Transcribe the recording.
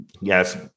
yes